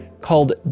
called